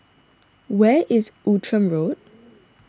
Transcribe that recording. where is Outram Road